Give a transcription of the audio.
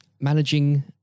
managing